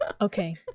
okay